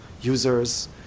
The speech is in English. users